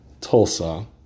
Tulsa